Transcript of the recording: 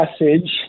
message